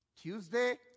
Tuesday